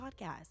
podcast